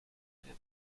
and